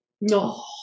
No